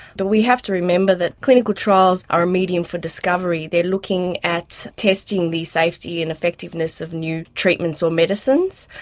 but we have to remember that clinical trials are a medium for discovery. they're looking at testing the safety and effectiveness of new treatments or medicines,